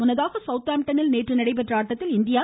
முன்னதாக சவுத்ஆம்டனில் நேற்று நடைபெற்ற ஆட்டத்தில் இந்தியா